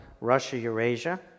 Russia-Eurasia